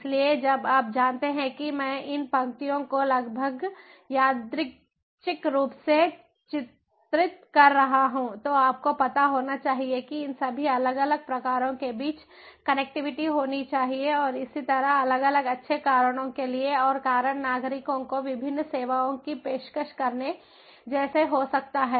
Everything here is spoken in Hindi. इसलिए जब आप जानते हैं कि मैं इन पंक्तियों को लगभग यादृच्छिक रूप से चित्रित कर रहा हूं तो आपको पता होना चाहिए कि इन सभी अलग अलग प्रकारों के बीच कनेक्टिविटी होनी चाहिए और इसी तरह अलग अलग अच्छे कारणों के लिए और कारण नागरिकों कों विभिन्न सेवाओं की पेशकश करने जैसा हो सकता है